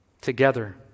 Together